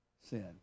sin